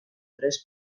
tres